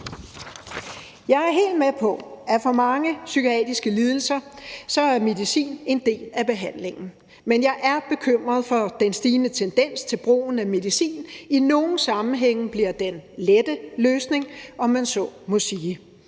Jeg er helt med på, at medicin i forhold til mange psykiske lidelser er en del af behandlingen, men jeg er bekymret for, at den stigende tendens til brugen af medicin i nogle sammenhænge bliver den lette løsning, om man så må sige.